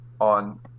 on